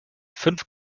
fünf